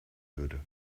würde